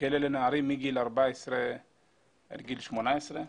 כלא לנערים מגיל 14 עד גיל 18,